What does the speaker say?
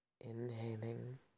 Inhaling